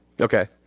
okay